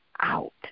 out